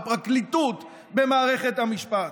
בפרקליטות, במערכת המשפט.